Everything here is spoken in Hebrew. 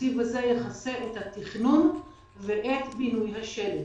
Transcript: התקציב הזה יכסה את התכנון ואת בינוי השלד.